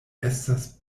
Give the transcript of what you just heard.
estas